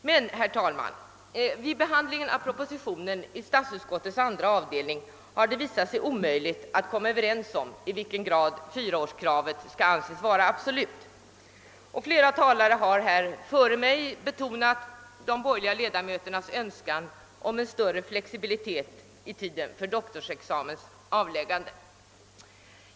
Men, herr talman, vid behandlingen av propositionen i statsutskottets andra avdelning har det visat sig omöjligt att komma överens om i vilken grad fyraårskravet skall anses absolut. Flera ta lare har här före mig betonat de borgerliga ledamöternas önskan om en större flexibilitet i fråga om tiden för doktorsexamens avläggande.